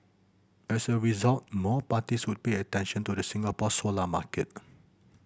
as a result more parties would pay attention to the Singapore solar market